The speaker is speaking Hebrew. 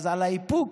אז על האיפוק